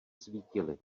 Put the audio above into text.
svítily